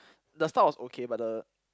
the start was okay but the